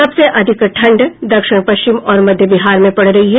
सबसे अधिक ठंड दक्षिण पश्चिम और मध्य बिहार में पड़ रही है